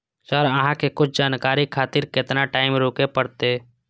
Sir अहाँ से कुछ जानकारी खातिर केतना टाईम रुके परतें?